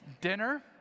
Dinner